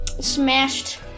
smashed